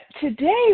today